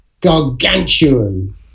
gargantuan